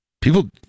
People